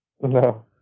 no